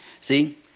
See